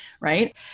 Right